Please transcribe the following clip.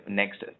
next